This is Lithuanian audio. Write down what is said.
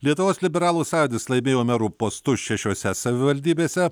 lietuvos liberalų sąjūdis laimėjo merų postus šešiose savivaldybėse